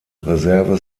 reserve